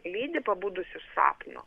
lydi pabudus iš sapno